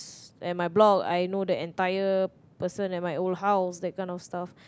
at my block I know the entire person at my old house that kind of stuff